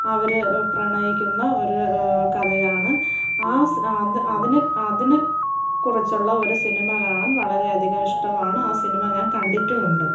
അവർ പ്രണയിക്കുന്ന ഒരു കഥയാണ് ആ സ് ആ അത് അതിന് അതിനെ കുറിച്ചുള്ള ഒരു സിനിമ കാണാൻ വളരെയധികം ഇഷ്ടമാണ് ആ സിനിമ ഞാൻ കണ്ടിട്ടുമുണ്ട്